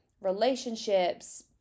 relationships